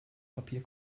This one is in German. papier